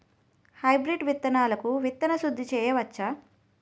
Hybrid విత్తనాలకు విత్తన శుద్ది చేయవచ్చ?